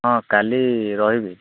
ହଁ କାଲି ରହିବି